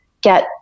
get